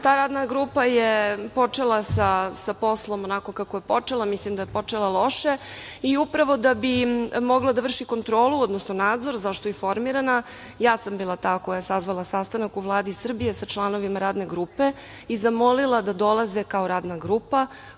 Ta Radna grupa počela sa poslom onako kako je počela. Mislim da je počela loše. I upravo da bi mogla da vrši kontrolu, odnosno nadzor za šta je i formirana, ja sam bila ta koja je sazvala sastanak u Vladi Srbije sa članovima Radne grupe i zamolila da dolaze kao Radna grupa